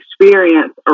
experience